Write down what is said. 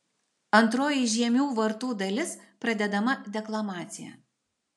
antroji žiemių vartų dalis pradedama deklamacija